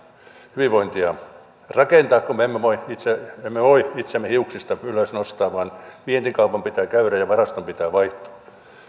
hyvinvointia rakentaa kun me emme voi itseämme hiuksista ylös nostaa vientikaupan pitää käydä ja varaston pitää vaihtua